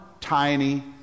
tiny